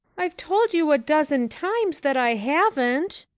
i've told you a dozen times that i haven't,